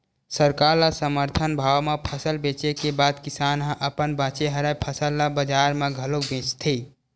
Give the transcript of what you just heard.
सरकार ल समरथन भाव म फसल बेचे के बाद किसान ह अपन बाचे हरय फसल ल बजार म घलोक बेचथे